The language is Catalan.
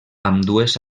ambdues